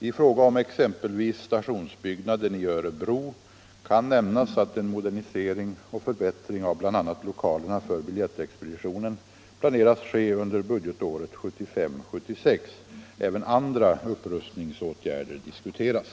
I fråga om exempelvis stationsbyggnaden i Örebro kan nämnas att en modernisering och förbättring av bl.a. lokalerna för biljettexpeditionen planeras ske under budgetåret 1975/76. Även andra upprustningsåtgärder diskuteras.